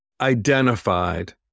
identified